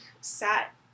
sat